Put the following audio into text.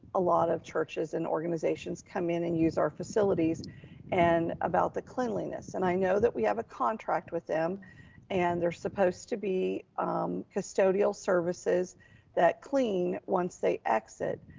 a lot of churches and organizations come in and use our facilities and about the cleanliness. and i know that we have a contract with them and they're supposed to be custodial services that clean once they exit,